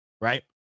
Right